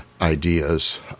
ideas